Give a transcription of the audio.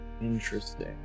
Interesting